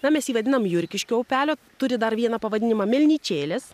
na mes jį vadiname jurkiškio upelio turi dar vieną pavadinimą melnyčėlės